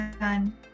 Done